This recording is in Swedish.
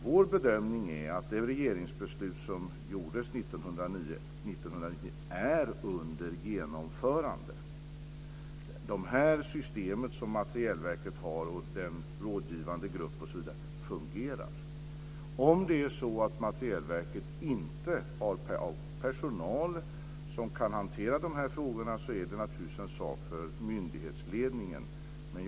Vår bedömning är att det regeringsbeslut som fattades 1999 är under genomförande. Det system som Materielverket har och den rådgivande gruppen osv. fungerar. Om Materielverket inte har personal som kan hantera de här frågorna är det naturligtvis en sak för myndighetsledningen.